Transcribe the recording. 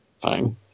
Fine